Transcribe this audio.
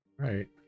right